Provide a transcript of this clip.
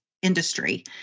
industry